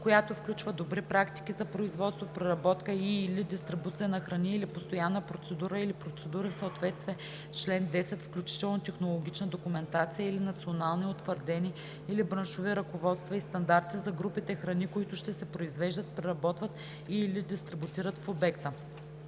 която включва добри практики за производство, преработка и/или дистрибуция на храни или постоянна процедура или процедури в съответствие с чл. 10, включително технологична документация или национални, утвърдени или браншови ръководства и стандарти за групите храни, които ще се произвеждат, преработват и/или дистрибутират в обекта;